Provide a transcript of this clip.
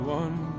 one